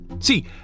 See